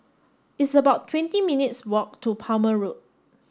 it's about twenty minutes' walk to Palmer Road